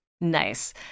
Nice